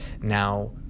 now